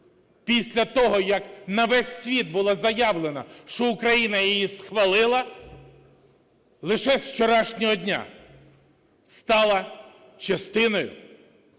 після того, як на весь світ була заявлено, що Україна її схвалила, лише з вчорашнього дня стала частиною